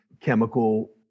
chemical